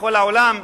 בכל העולם,